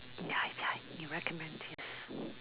ya ya you recommend it